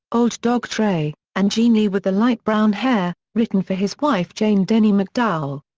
old dog tray, and jeanie with the light brown hair, written for his wife jane denny mcdowell.